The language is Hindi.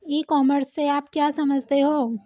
ई कॉमर्स से आप क्या समझते हो?